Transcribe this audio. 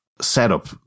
setup